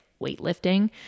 weightlifting